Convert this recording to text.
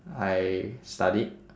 I studied